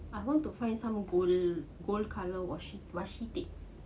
I want to find some gold colour washi tape